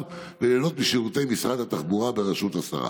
וליהנות משירותי משרד התחבורה בראשות השרה.